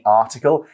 article